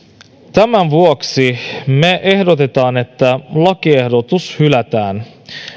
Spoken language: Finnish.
tämän vuoksi me ehdotamme että lakiehdotus hylätään